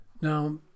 Now